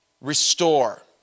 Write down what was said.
restore